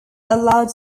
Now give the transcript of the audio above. allowed